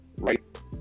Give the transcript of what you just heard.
right